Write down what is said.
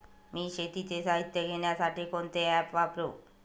मी शेतीचे साहित्य घेण्यासाठी कोणते ॲप वापरु?